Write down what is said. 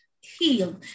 heal